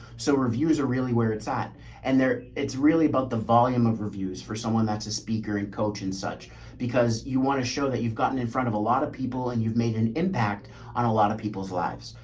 so reviews are really where it's at and there it's really about the volume of reviews for someone that's a speaker and coach and such because you want to show that you've gotten in front of a lot of people and you've made an impact on a lot of people's lives.